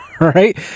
Right